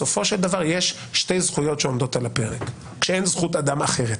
בסופו של דבר יש שתי זכויות שעומדות על הפרק כשאין זכות אדם אחרת.